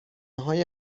های